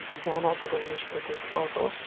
زینا کٔدٕل نِش کھٔتۍ أسۍ آٹوٗوَس